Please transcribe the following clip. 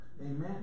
Amen